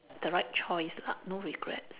the right choice lah no regrets